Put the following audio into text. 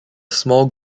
small